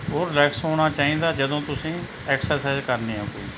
ਉਹ ਰਿਲੈਕਸ ਹੋਣਾ ਚਾਹੀਦਾ ਜਦੋਂ ਤੁਸੀਂ ਐਕਸਰਸਾਈਜ ਕਰਨੀ ਆ ਕੋਈ